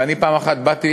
ואני פעם אחת באתי